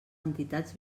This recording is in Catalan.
entitats